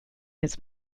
his